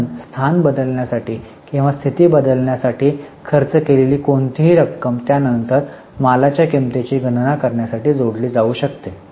म्हणून स्थान बदलण्यासाठी किंवा स्थिती बदलण्यासाठी खर्च केलेली कोणतीही रक्कम त्या नंतर मालाच्या किंमतीची गणना करण्यासाठी जोडली जाऊ शकते